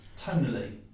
tonally